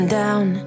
down